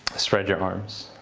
spread your arms.